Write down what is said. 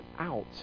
out